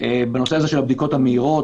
בנושא של הבדיקות המהירות,